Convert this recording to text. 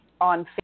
on